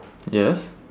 yes